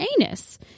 anus